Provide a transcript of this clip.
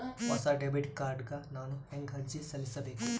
ಹೊಸ debit card ಗ ನಾನು ಹೆಂಗ ಅರ್ಜಿ ಸಲ್ಲಿಸಬೇಕು?